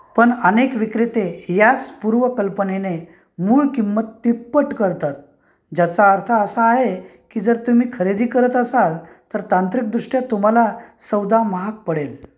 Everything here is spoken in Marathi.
पण अनेक विक्रेते याच पूर्वकल्पनेने मूळ किंमत तिप्पट करतात ज्याचा अर्थ असा आहे की जर तुम्ही खरेदी करत असाल तर तांत्रिकदृष्ट्या तुम्हाला सौदा महाग पडेल